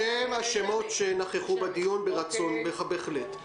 בשם שמות חברי הכנסת שנכחו בדיון, ברצון, בהחלט.